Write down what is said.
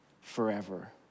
forever